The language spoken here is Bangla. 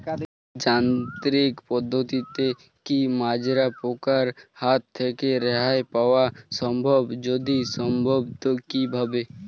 যান্ত্রিক পদ্ধতিতে কী মাজরা পোকার হাত থেকে রেহাই পাওয়া সম্ভব যদি সম্ভব তো কী ভাবে?